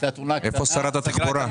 הייתה תאונה קטנה, סגרה את המדינה.